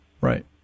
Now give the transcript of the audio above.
right